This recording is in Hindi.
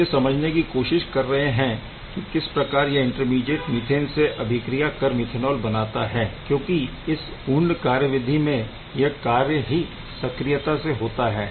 हम यह समझने की कोशिश कर रहें है कि किस प्रकार यह इंटरमीडीएट मीथेन से अभिक्रिया कर मिथेनॉल बनाता है क्योंकि इस पूर्ण कार्यविधि में यह कार्य ही सक्रियता से होता है